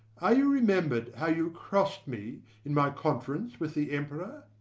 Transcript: are you remembered how you crossed me in my conference with the emperor?